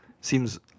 seems